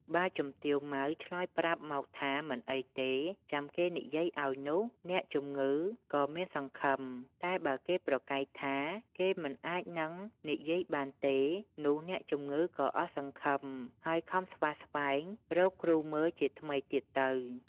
បើជំទាវ ម៉ៅ ឆ្លើយប្រាប់មកថាមិនអីទេ ចាំគេនិយាយឲ្យនោះ អ្នកជំងឺក៏មានសង្ឃឹម តែបើគេប្រកែកថា គេមិនអាចនឹងនិយាយបានទេ នោះអ្នកជំងឺក៏អស់សង្ឃឹម ហើយខំស្វះស្វែងរកគ្រូមើលជាថ្មីទៀតទៅ ។